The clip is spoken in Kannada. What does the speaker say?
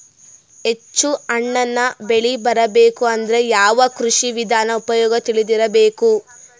ಹೆಚ್ಚು ಹಣ್ಣನ್ನ ಬೆಳಿ ಬರಬೇಕು ಅಂದ್ರ ಯಾವ ಕೃಷಿ ವಿಧಾನ ಉಪಯೋಗ ತಿಳಿದಿರಬೇಕು?